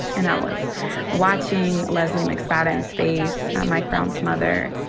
and i was watching lesley mcspadden's face, mike brown's mother.